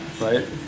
right